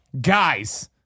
Guys